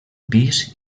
pis